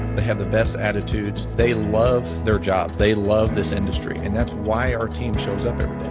they have the best attitudes, they love their jobs. they love this industry. and that's why our team shows up every day,